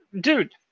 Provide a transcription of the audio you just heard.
dude